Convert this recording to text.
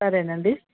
సరేనండి